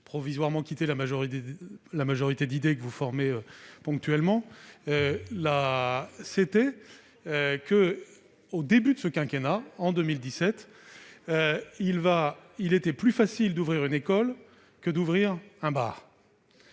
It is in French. provisoirement quitter la majorité d'idées que vous formez ponctuellement ... Au début de ce quinquennat, en 2017, il était plus facile d'ouvrir une école qu'un bar,